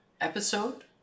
episode